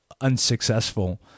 unsuccessful